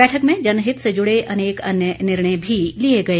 बैठक में जनहित से जुड़े अनेक अन्य निर्णय भी लिए गए